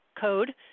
code